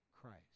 christ